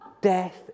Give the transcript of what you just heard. death